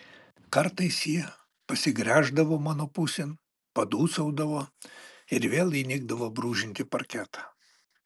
kartais ji pasigręždavo mano pusėn padūsaudavo ir vėl įnikdavo brūžinti parketą